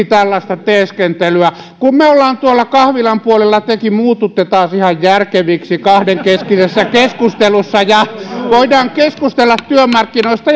tällaista teeskentelyä kun me olemme tuolla kahvilan puolella tekin muututte taas ihan järkeviksi kahdenkeskisissä keskusteluissa ja voimme keskustella työmarkkinoista